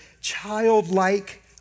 childlike